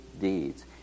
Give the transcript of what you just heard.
deeds